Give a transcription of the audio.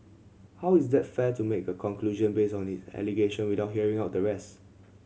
how is that fair to make a conclusion based on his allegation without hearing out the rest